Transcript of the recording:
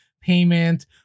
payment